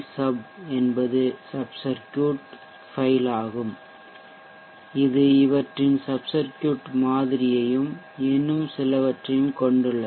sub என்பது sub circuit file ஆகும் இது இவற்றின் சப் சர்க்யூட் மாதிரியையும் இன்னும் சிலவற்றையும் கொண்டுள்ளது